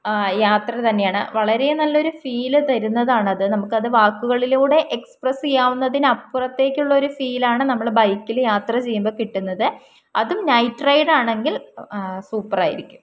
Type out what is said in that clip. യാത്ര തന്നെയാണ് വളരെ നല്ലൊരു ഫീല് തരുന്നതാണത് നമുക്കത് വാക്കുകളിലൂടെ എക്സ്പ്രസ്സ് ചെയ്യാവുന്നതിന് അപ്പുറത്തേക്കുള്ളൊരു ഫീലാണ് നമ്മൾ ബൈക്കിൽ യാത്ര ചെയ്യുമ്പോൾ കിട്ടുന്നത് അതും നൈറ്റ് റൈഡാണെങ്കിൽ സൂപ്പറായിരിക്കും